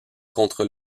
contre